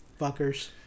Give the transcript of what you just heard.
Fuckers